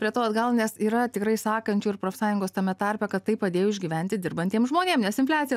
prie to atgal nes yra tikrai sakančių ir profsąjungos tame tarpe kad tai padėjo išgyventi dirbantiems žmonėm nes infliacija